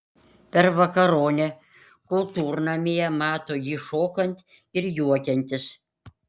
per vakaronę kultūrnamyje mato jį šokant ir juokiantis